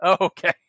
okay